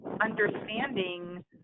understanding